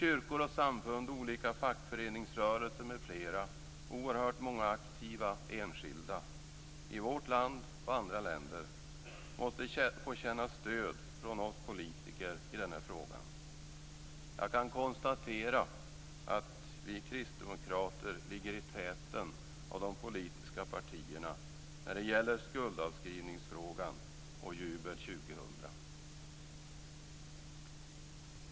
Kyrkor och samfund, olika fackföreningsrörelser m.fl. och oerhört många aktiva enskilda, i vårt land och i andra länder, måste få känna stöd från oss politiker i denna fråga. Jag kan konstatera att vi kristdemokrater ligger i täten av de politiska partierna när det gäller skuldavskrivningsfrågan och Jubel 2000.